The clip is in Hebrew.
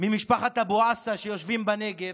ממשפחת אבו עסא שיושבים בנגב,